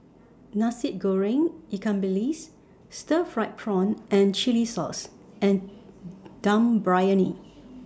Nasi Goreng Ikan Bilis Stir Fried Prawn and Chili Sauce and Dum Briyani